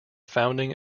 founding